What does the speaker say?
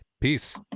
Peace